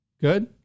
good